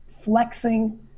flexing